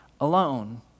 alone